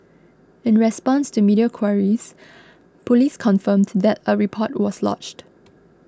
in response to media queries Police confirmed that a report was lodged